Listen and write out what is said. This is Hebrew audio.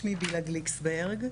שמי בלהה גליקסברג,